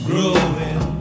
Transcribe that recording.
Growing